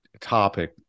topic